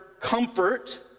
comfort